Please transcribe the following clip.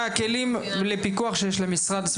מה הכלים לפיקוח שיש למשרד,